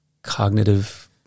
Cognitive